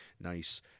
nice